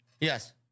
Yes